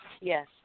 Yes